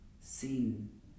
seen